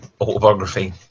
autobiography